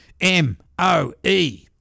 M-O-E